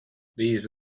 these